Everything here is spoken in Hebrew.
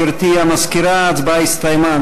גברתי המזכירה, ההצבעה הסתיימה.